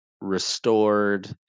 restored